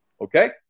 Okay